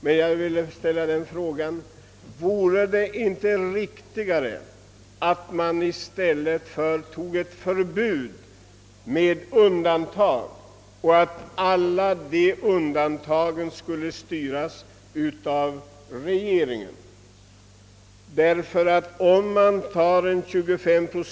Men vore det inte riktigare att införa ett förbud mot investeringar med olika undantagsbestämmelser, som finge fastställas av regeringen?